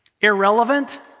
irrelevant